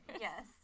Yes